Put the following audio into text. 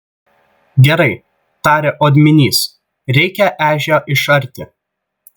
gerai tarė odminys reikia ežią išarti